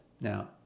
Now